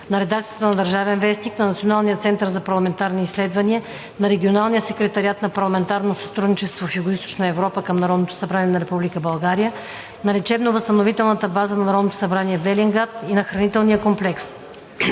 на редакцията на „Държавен вестник“, на Националния център за парламентарни изследвания, на Регионалния секретариат за парламентарно сътрудничество в Югоизточна Европа към Народното събрание на Република България, на Лечебно-възстановителната база на Народното събрание – Велинград и на Хранителния комплекс.